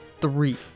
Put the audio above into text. Three